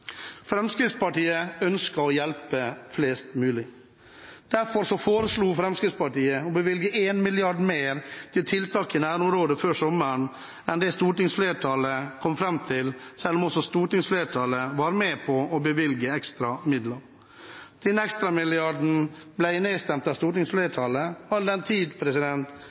Fremskrittspartiet ønsker å hjelpe flest mulig. Derfor foreslo Fremskrittspartiet før sommeren å bevilge 1 mrd. kr mer til tiltak i nærområdet enn det stortingsflertallet kom fram til, selv om også stortingsflertallet var med på å bevilge ekstra midler. Denne ekstra milliarden ble nedstemt av stortingsflertallet, all den tid